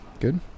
Good